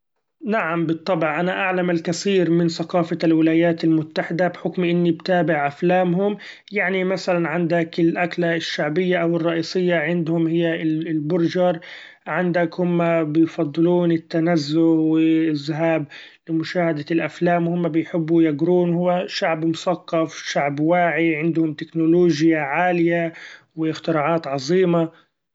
نعم بالطبع! أنا اعلم الكثير من ثقافة الولايات المتحدة بحكم إني بتابع افلامهم ، يعني مثلا عندك الاكلة الشعبية أو الرئيسية عندهم هي البرچر، عندك هما بيفضلون التنزه و الذهاب لمشاهدة الافلام ، وهما بيحبوا يقرون وشعب مثقف وشعب واعي عنده التكنولوجيا عالية واختراعات عظيمة.